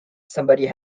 somebody